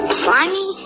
Slimy